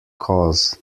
cause